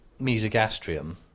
mesogastrium